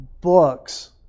books